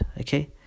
Okay